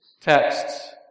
texts